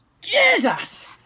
Jesus